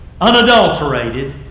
unadulterated